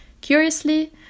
Curiously